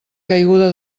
caiguda